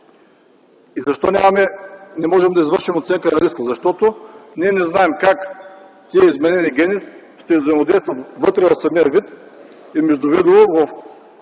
Защо не можем да извършим оценка на риска? Защото не знаем как изменени гени ще взаимодействат вътре в самия вид и междувидово в